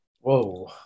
Whoa